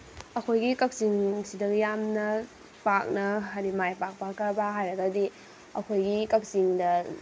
ꯑꯩꯈꯣꯏꯒꯤ ꯀꯛꯆꯤꯡꯁꯤꯗ ꯌꯥꯝꯅ ꯄꯥꯛꯅ ꯍꯥꯏꯗꯤ ꯃꯥꯏ ꯄꯥꯛꯄ ꯀꯔꯕꯥꯔ ꯍꯥꯏꯔꯒꯗꯤ ꯑꯩꯈꯣꯏꯒꯤ ꯀꯛꯆꯤꯡꯗ